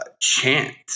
chant